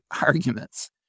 arguments